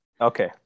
Okay